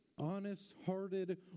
honest-hearted